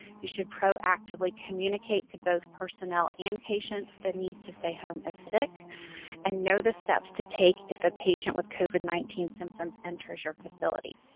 you should proactively communicate to both personnel and patients that need to stay home if sick and know the steps to take if a patient with covid nineteen symptoms enters your facility.